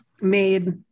made